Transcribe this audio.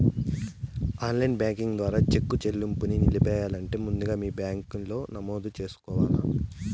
online banking ద్వారా cheque సెల్లింపుని నిలిపెయ్యాలంటే ముందుగా మీ బ్యాంకిలో నమోదు చేసుకోవల్ల